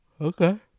Okay